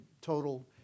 total